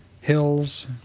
hills